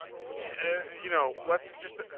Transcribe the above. so you know let's just.